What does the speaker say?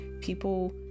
People